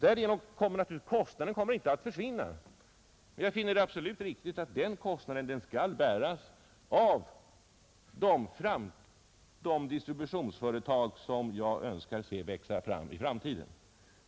Därigenom kommer kostnaden naturligtvis inte att försvinna. Jag finner det absolut riktigt att den kostnaden skall bäras av de distributionsföretag, som jag önskar se växa fram i framtiden.